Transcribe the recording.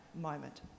moment